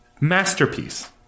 Masterpiece